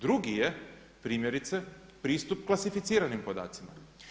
Drugi je, primjerice, pristup klasificiranim podacima.